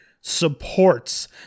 supports